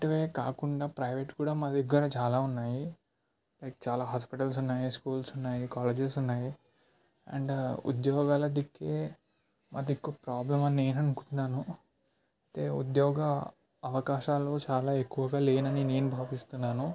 ఇవే కాకుండా ప్రైవేట్ కూడా మా దగ్గర చాలా ఉన్నాయి లైక్ చాలా హాస్పిటల్స్ ఉన్నాయి స్కూల్స్ ఉన్నాయి కాలేజెస్ ఉన్నాయి అండ్ ఉద్యోగాల దిక్కే ఆ దిక్కు ప్రాబ్లం అని నేను అనుకుంటున్నాను అదే ఉద్యోగ అవకాశాలు చాలా ఎక్కువగా లేనని నేను భావిస్తున్నాను